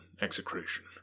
execration